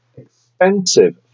expensive